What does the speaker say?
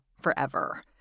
forever